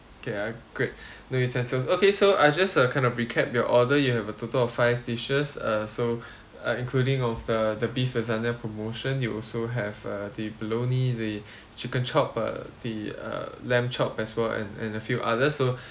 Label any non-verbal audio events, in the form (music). okay ah great no utensils okay so I just uh kind of recap your order you have a total of five dishes uh so uh including of the the beef lasagna promotion you also have uh the bologna the (breath) chicken chop uh the uh lamb chop as well and and a few others so